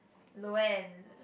Loann